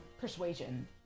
Persuasion